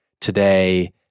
today